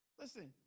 listen